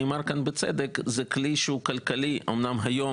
נאמר כאן בצדק שזה כלי כלכלי ביותר